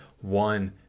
one